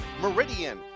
Meridian